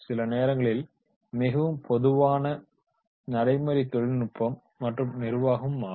சில நேரங்களில் மிகவும் பொதுவான நடைமுறை தொழில்நுட்பம் மற்றும் நிர்வாகமாகும்